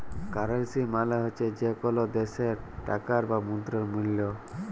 currency মালে হছে যে কল দ্যাশের টাকার বা মুদ্রার মূল্য